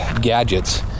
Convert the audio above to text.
gadgets